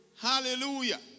Hallelujah